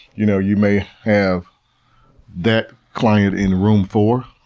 you know you may have that client in room four,